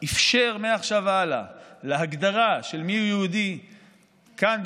ואפשר מעכשיו והלאה להגדרה של "מיהו יהודי" כאן,